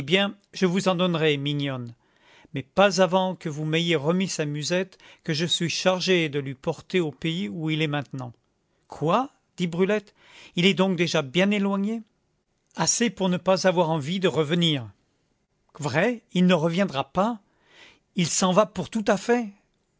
je vous en donnerai mignonne mais pas avant que vous m'ayez remis sa musette que je suis chargé de lui porter au pays où il est maintenant quoi dit brulette il est donc déjà bien éloigné assez pour ne pas avoir envie de revenir vrai il ne reviendra pas il s'en va pour tout à fait